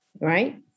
Right